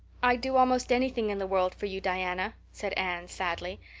i'd do almost anything in the world for you, diana, said anne sadly.